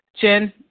Jen